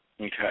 Okay